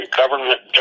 government